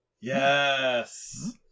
yes